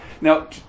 Now